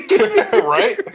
Right